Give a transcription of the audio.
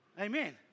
Amen